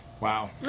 Wow